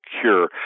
cure